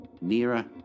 Nearer